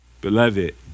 Beloved